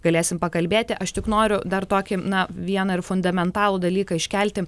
galėsim pakalbėti aš tik noriu dar tokį na vieną ir fundamentalų dalyką iškelti